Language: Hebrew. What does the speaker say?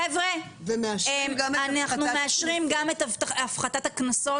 חבר'ה אנחנו מאשרים גם את הפחתת הקנסות